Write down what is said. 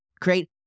create